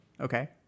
okay